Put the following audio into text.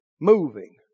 Moving